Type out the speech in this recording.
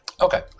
Okay